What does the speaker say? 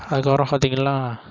அதுக்கப்புறம் பாத்திங்கன்னா